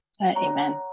Amen